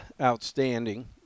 outstanding